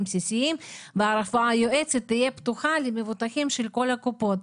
בסיסיים והרפואה היועצת תהיה פתוחה למבוטחי כל קופות